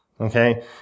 Okay